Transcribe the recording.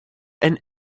and